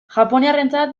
japoniarrentzat